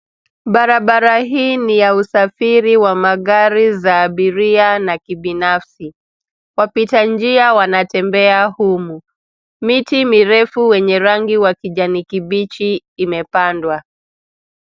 Barabara hii ni ya usafiri wa magari ya abiria na kibnafsi. Wapita njia wanatembea humu. Miti mirefu wenye rangi wa kijani kibichi imepandwa.